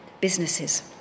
businesses